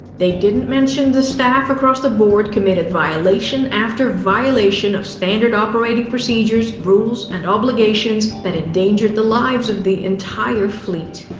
they didn't mention the staff across the board committed violation after violation of standard operating procedures, rules, and obligations that endangered the lives of the entire fleet.